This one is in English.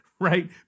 right